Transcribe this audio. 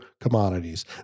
commodities